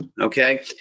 Okay